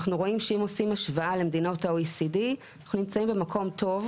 אנחנו רואים שאם עושים השוואה למדינות ה-OECD אנחנו נמצאים במקום טוב.